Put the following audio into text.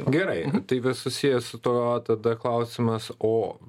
gerai nu tai susijęs su tuo tada klausimas o